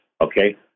okay